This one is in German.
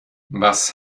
was